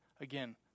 again